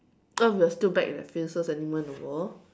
what if you're still back and there are so few animals in the world